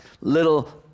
little